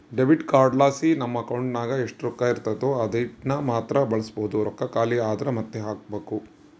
debit ಕಾರ್ಡ್ಲಾಸಿ ನಮ್ ಅಕೌಂಟಿನಾಗ ಎಷ್ಟು ರೊಕ್ಕ ಇರ್ತತೋ ಅದೀಟನ್ನಮಾತ್ರ ಬಳಸ್ಬೋದು, ರೊಕ್ಕ ಖಾಲಿ ಆದ್ರ ಮಾತ್ತೆ ಹಾಕ್ಬಕು